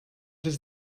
does